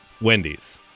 Wendy's